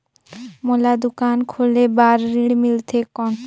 मोला दुकान खोले बार ऋण मिलथे कौन?